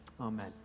Amen